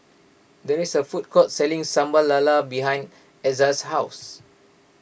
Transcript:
there is a food court selling Sambal Lala behind Exa's house